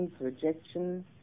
rejection